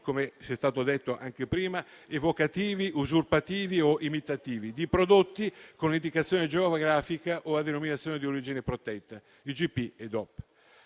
registrazione di marchi evocativi, usurpativi o imitativi di prodotti con indicazione geografica o a denominazione di origine protetta (IGP e DOP).